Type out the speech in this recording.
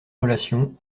relations